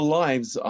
lives